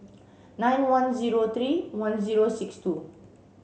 nine one zero three one zero six two